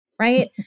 Right